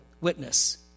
witness